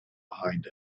behind